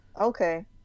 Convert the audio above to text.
Okay